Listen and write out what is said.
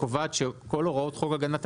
לא לעניין ההגדרה,